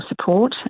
support